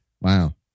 Wow